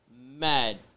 mad